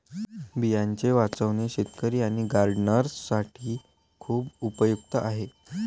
बियांचे वाचवणे शेतकरी आणि गार्डनर्स साठी खूप उपयुक्त आहे